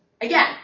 again